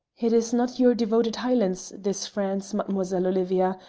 it is not your devoted highlands, this france, mademoiselle olivia,